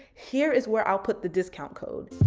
here is where i'll put the discount code.